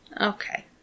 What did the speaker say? Okay